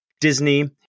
Disney